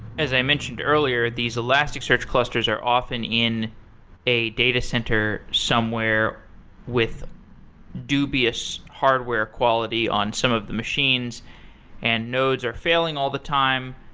as i mentioned earlier, these elastic search clusters are often in a datacenter somewhere with dubious hardware quality on some of the machines and nodes are failing all the time.